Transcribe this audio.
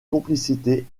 complicité